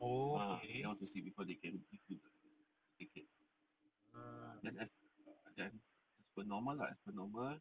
ah they want to see before they can give you the err the ticket ah then as err then as per normal lah as per normal